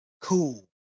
cool